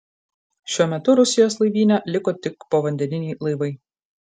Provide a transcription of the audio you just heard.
šiuo metu rusijos laivyne liko tik povandeniniai laivai